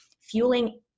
fueling